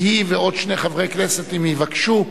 היא ועוד שני חברי כנסת, אם יבקשו,